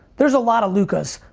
there's a lot of lukas.